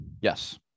Yes